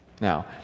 Now